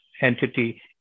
entity